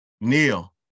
Neil